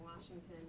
Washington